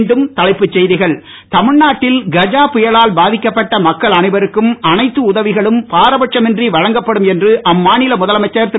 மீண்டும் தலைப்புச் செய்திகள் தமிழ்நாட்டில் கஜா புயலால் பாதிக்கப்பட்ட மக்கள் அனைவருக்கும் அனைத்து உதவிகளும் பாரபட்சம் மின்றி வழங்கப்படும் என்று அம்மாநில முதலமைச்சர் திரு